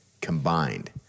Combined